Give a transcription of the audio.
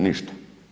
Ništa.